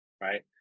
right